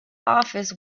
office